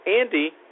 Andy